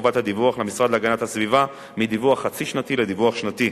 חובת הדיווח למשרד להגנת הסביבה מדיווח חצי שנתי לדיווח שנתי.